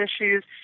issues